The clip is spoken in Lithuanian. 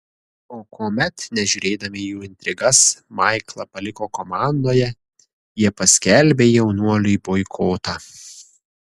o kuomet nežiūrėdami į jų intrigas maiklą paliko komandoje jie paskelbė jaunuoliui boikotą